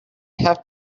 have